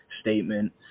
statement